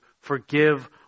forgive